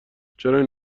چرا